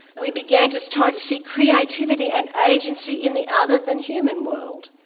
we began to try to see creativity and agency in the other-than-human world.